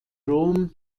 rom